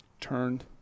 turned